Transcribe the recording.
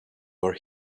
are